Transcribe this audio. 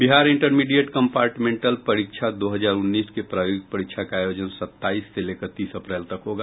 Bihar intermediate compartmental परीक्षा दो हजार उन्नीस के प्रायोगिक परीक्षा का आयोजन सत्ताईस से लेकर तीस अप्रैल तक होगा